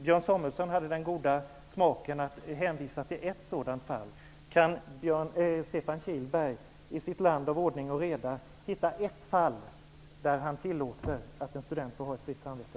Björn Samuelson hade den goda smaken att hänvisa till ett sådant fall. Kan Stefan Kihlberg i sitt samhälle av ordning och reda hitta något fall där han tillåter en student att ha ett fritt samvete?